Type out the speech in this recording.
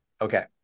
Okay